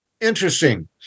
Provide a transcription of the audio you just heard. Interesting